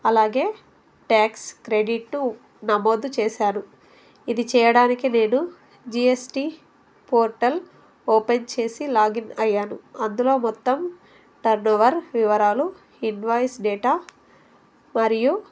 అలాగే tax credit నమోదు చేసాను ఇది చేయడానికి నేను జిఎస్టి పోర్టల్ ఓపెన్ చేసి లాగిన్ అయ్యాను అందులో మొత్తం టర్నోవర్ వివరాలు ఇన్వాయిస్ డేటా మరియు